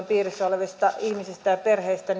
piirissä olevista ihmisistä ja perheistä